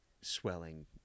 swelling